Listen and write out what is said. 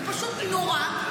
זה פשוט נורא,